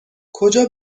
کجا